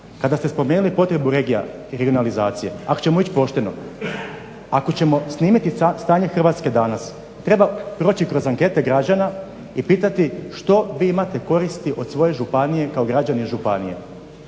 Kada ste spomenuli potrebu regija i regionalizacije ako ćemo ići pošteno, ako ćemo snimiti stanje Hrvatske danas treba proći kroz ankete građana i pitati što vi imate koristi od svoje županije kao građani županije,